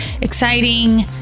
exciting